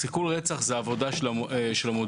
סיכול רצח זו עבודה של המודיעין,